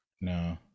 No